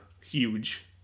huge